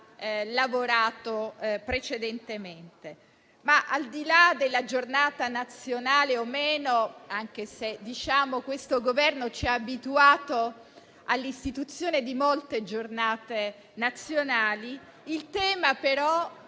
lavorato precedentemente. Al di là della Giornata nazionale o meno, anche se questo Governo ci ha abituato all'istituzione di molte giornate nazionali, il tema è però